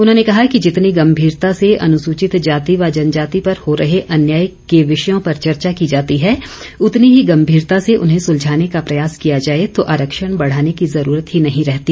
उन्होंने कहा कि जितनी गंभीरता से अनुसचित जाति व जनजाति पर हो रहे अन्याय के विषयों पर चर्चा की जाती है उतनी ही गंभीरता से उन्हें सुलझाने का प्रयास किया जाए तो आरक्षण बढाने की जरूरत ही नहीं रहती